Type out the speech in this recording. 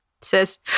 says